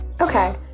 Okay